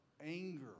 anger